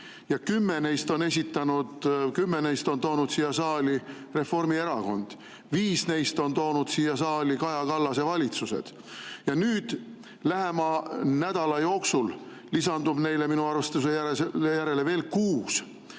teile: neid on olnud 11. Kümme neist on toonud siia saali Reformierakond, viis neist on toonud siia saali Kaja Kallase valitsused. Nüüd, lähema nädala jooksul lisandub neile minu arvestuse järgi veel kuus.